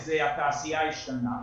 התעשייה הישנה.